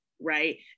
Right